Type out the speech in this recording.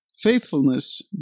faithfulness